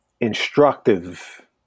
instructive